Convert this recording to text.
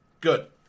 Good